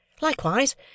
Likewise